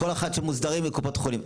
כל אחת שמוסדרים מקופות חולים.